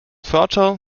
fertile